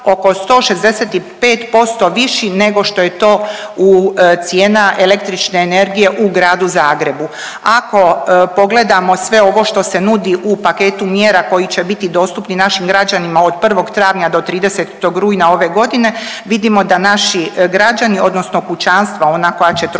oko 165% viši nego što je to cijena električne energije u gradu Zagrebu. Ako pogledamo sve ovo što se nudi u paketu mjera koji će biti dostupni našim građanima od 1. travnja do 30. rujna ove godine vidimo da naši građani, odnosno kućanstva, ona koja će trošiti